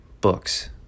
books